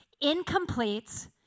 incomplete